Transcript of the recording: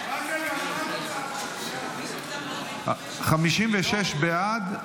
56 בעד,